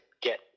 get